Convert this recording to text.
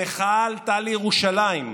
המחאה עלתה לירושלים,